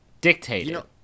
dictated